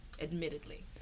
Admittedly